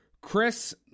Chris